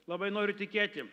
labai noriu tikėti